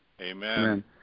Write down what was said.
Amen